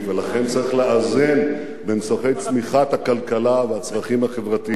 לכן צריך לאזן בין צורכי צמיחת הכלכלה והצרכים החברתיים,